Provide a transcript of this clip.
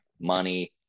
money